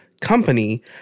company